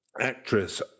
actress